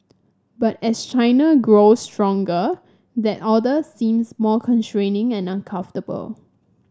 but as China grows stronger that order seems more constraining and uncomfortable